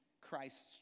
Christ's